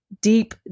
deep